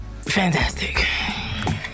Fantastic